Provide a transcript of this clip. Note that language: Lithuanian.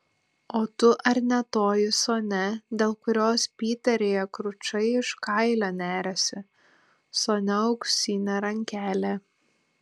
o tu ar ne toji sonia dėl kurios piteryje kručai iš kailio neriasi sonia auksinė rankelė